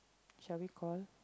shall we call